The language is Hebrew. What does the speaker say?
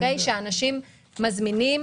שאנשים מזמינים